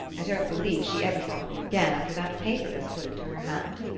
i don't believe she ever thought of you again after that paper was put into her hand.